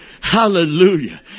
Hallelujah